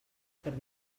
per